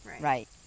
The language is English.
Right